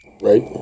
right